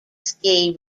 ski